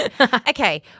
Okay